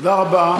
תודה רבה.